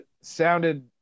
sounded